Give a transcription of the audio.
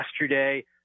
yesterday